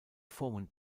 vormund